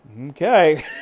okay